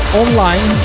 online